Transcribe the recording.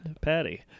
patty